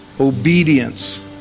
Obedience